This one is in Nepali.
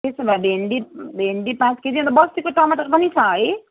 त्यसो भए भिन्डी भिन्डी पाँच केजी अन्त बस्तीको टमाटर पनि छ है